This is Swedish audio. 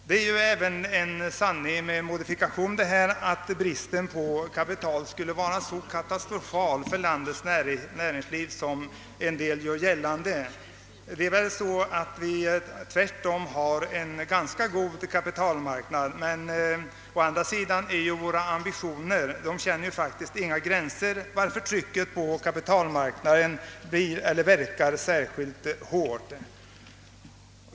Det är även en sanning med modifikation att bristen på kapital skulle vara katastrofal för landets näringsliv, något som en del gör gällande. Vi har tvärtom en ganska god kapitalmarknad, men å andra sidan känner våra ambitioner faktiskt inga gränser, varför trycket på kapitalmarknaden verkar särskilt hårt.